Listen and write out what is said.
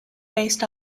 based